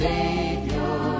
Savior